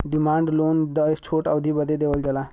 demand loan छोट अवधी बदे देवल जाला